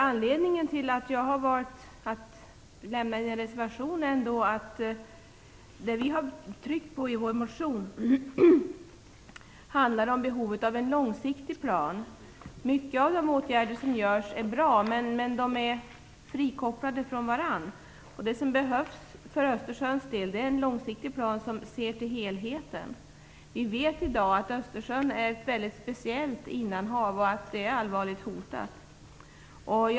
Anledningen till att jag har valt att ändå avge en reservation är att det vi har tryckt på i vår motion är behovet av en långsiktig plan. Många av de åtgärder som vidtas är bra, men de är frikopplade från varandra. Det som behövs för Östersjöns del är en långsiktig plan som ser till helheten. Vi vet i dag att Östersjön är ett mycket speciellt innanhav, och att det är allvarligt hotat.